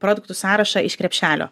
produktų sąrašą iš krepšelio